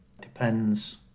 depends